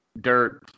dirt